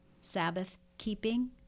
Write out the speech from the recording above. Sabbath-keeping